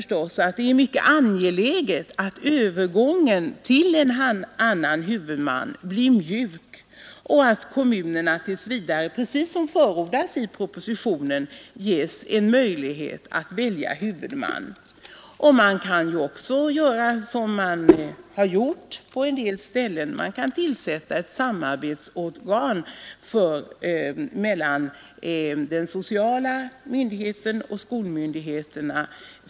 Jag tror att det är mycket angeläget att övergången till en annan huvudman blir mjuk och att kommunerna tills vidare — som förordas i propositionen — ges en möjlighet att välja huvudman. Man kan ju också, som har skett på en del ställen, för förskolans verksamhet tills vidare tillsätta ett samarbetsorgan mellan den sociala myndigheten och skolmyndigheterna.